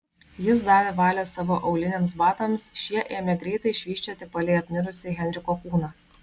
jis davė valią savo auliniams batams šie ėmė greitai švysčioti palei apmirusį henriko kūną